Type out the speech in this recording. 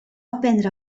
aprendre